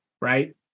right